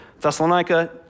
Thessalonica